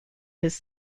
his